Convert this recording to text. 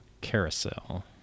Carousel